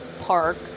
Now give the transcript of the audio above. park